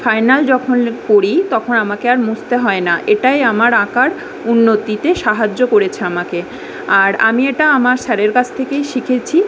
final যখন করি তখন আমাকে আর মুছতে হয় না এটাই আমার আঁকার উন্নতিতে সাহায্য করেছে আমাকে আর আমি এটা আমার স্যারের কাছ থেকেই শিখেছি